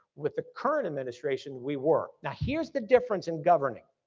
with the current administration we were. now here's the difference in governing.